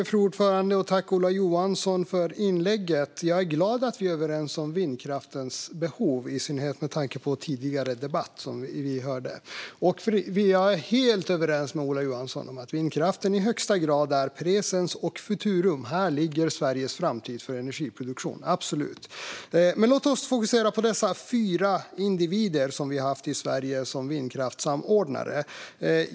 Fru talman! Tack, Ola Johansson, för inlägget! Jag är glad att vi är överens om behovet av vindkraften, i synnerhet med tanke på vad vi hörde i den tidigare debatten. Jag är också helt överens med Ola Johansson om att vi ska tala om vindkraften i presens och futurum. Här ligger Sveriges framtida energiproduktion, absolut. Låt oss fokusera på de fyra individer som vi har haft som vindkraftssamordnare i Sverige.